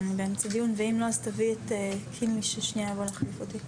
ולמעשה תקציבים שיכולים להגיע לבית הספר למעשה מגיעים לתוך החברה